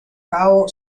cabo